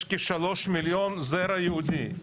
יש כשלושה מיליון זרע יהודי.